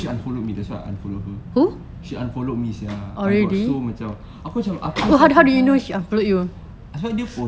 she unfollow me that's why I unfollow her she unfollow me sia I already got so macam aku macam apa sia perempuan sebab dia post